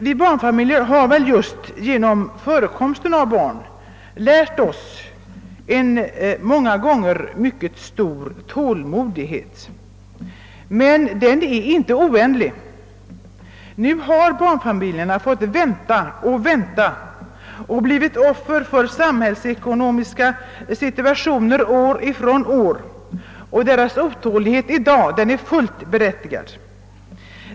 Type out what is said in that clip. Vi barnfamiljer har just genom förekomsten av barn lärt oss att visa en många gånger mycket stor tålmodighet. Men den är inte oändlig. Nu har barnfamiljerna fått vänta och vänta och blivit offer för den samhällsekonomiska situationen år efter år. Barnfamiljernas otålighet i dag är därför fullt berättigad.